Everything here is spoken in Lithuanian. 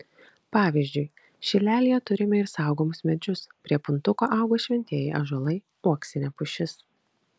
pavyzdžiui šilelyje turime ir saugomus medžius prie puntuko auga šventieji ąžuolai uoksinė pušis